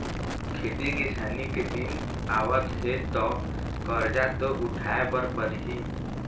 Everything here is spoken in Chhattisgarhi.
खेती किसानी के दिन आवत हे त करजा तो उठाए बर परही